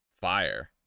fire